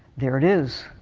there it is.